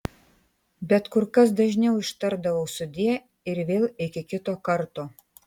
bet kur kas dažniau ištardavau sudie ir vėl iki kito karto